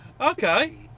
Okay